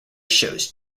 shows